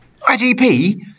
IDP